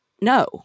No